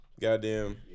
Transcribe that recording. Goddamn